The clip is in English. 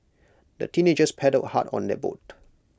the teenagers paddled hard on their boat